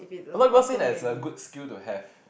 a lot of people say that's a good skill to have